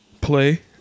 play